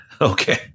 okay